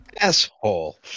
asshole